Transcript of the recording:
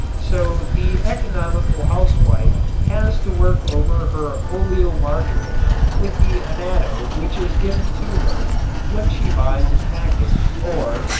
so the economical housewife has to work over her oleomargarin with the annatto which is given to her when she buys a package or,